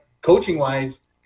Coaching-wise